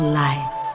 life